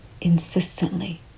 insistently